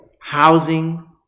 housing